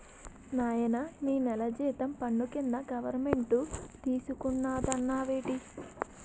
నాయనా నీ నెల జీతం పన్ను కింద గవరమెంటు తీసుకున్నాదన్నావేటి